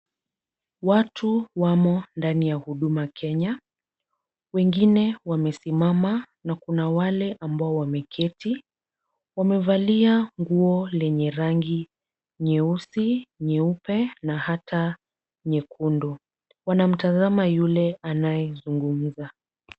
Watu wamo ndani ya Huduma Kenya ,wengine wamesimama na kuna wale ambao wameketi wamevalia nguo lenye rangi nyeusi, nyeupe na hata nyekundu ,wanamtazama yule anayezungumza .